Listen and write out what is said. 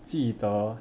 记得